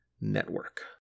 Network